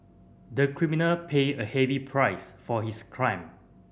the criminal paid a heavy price for his crime